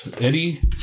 Eddie